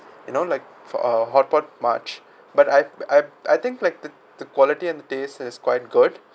you know like for a hotpot much but I I I think like the the quality and taste is quite good